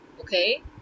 okay